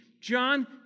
John